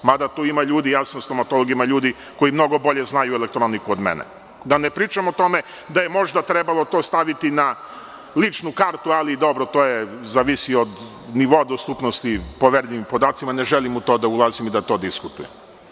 Mada tu ima ljudi, ja sam stomatolog, koji mnogo bolje znaju elektroniku od mene, da ne pričam o tome da je možda trebalo to staviti na ličnu kartu, ali dobro to zavisi od nivoa dostupnosti poverljivim podacima, ne želim u to da ulazim i da to diskutujem.